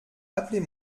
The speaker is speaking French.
appelez